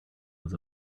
was